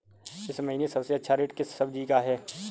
इस महीने सबसे अच्छा रेट किस सब्जी का है?